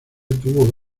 tuvo